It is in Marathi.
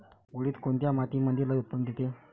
उडीद कोन्या मातीमंदी लई उत्पन्न देते?